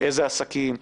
איזה עסקים?